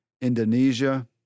Indonesia